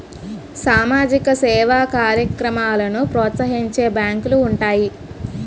సామాజిక సేవా కార్యక్రమాలను ప్రోత్సహించే బ్యాంకులు ఉంటాయి